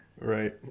Right